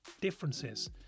differences